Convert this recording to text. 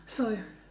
so ya